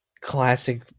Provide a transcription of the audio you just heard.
classic